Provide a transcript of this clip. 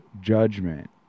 judgment